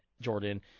Jordan